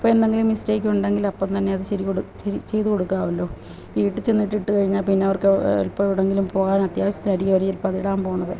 അപ്പോഴെന്തെങ്കിലും മിസ്റ്റേക്കുണ്ടെങ്കിലപ്പോള് തന്നെ അത് ശരി കൊടു ശരി ചെയ്തു കൊടുക്കാമല്ലോ വീട്ടില് ചെന്നിട്ടിട്ട് കഴിഞ്ഞാല് പിന്നെ അവര്ക്ക് ഇപ്പോള് എവിടെയെങ്കിലും പോവാനത്യാവശ്യത്തിനായിരിക്കും അവര് ചിലപ്പോള് അതിടാന് പോണത്